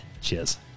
Cheers